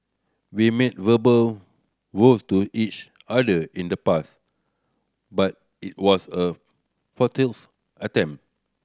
we made verbal vows to each other in the past but it was a futile attempt